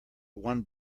one